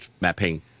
mapping